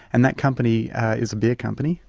and that company is a beer company,